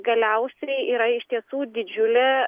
galiausiai yra iš tiesų didžiulė